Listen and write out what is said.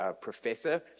professor